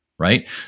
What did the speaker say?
right